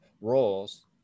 roles